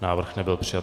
Návrh nebyl přijat.